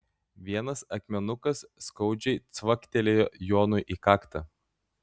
vienas akmenukas skaudžiai cvaktelėjo jonui į kaktą